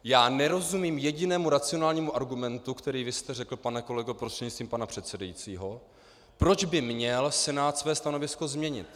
Já nerozumím jedinému racionálnímu argumentu, který vy jste řekl, pane kolego prostřednictvím pana předsedajícího, proč by měl Senát svoje stanovisko změnit.